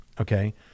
okay